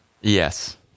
Yes